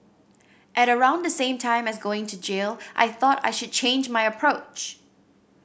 at around the same time as going to jail I thought I should change my approach